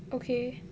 okay